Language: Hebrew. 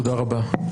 תודה רבה.